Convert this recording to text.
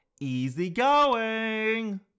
easygoing